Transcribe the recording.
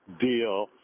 deal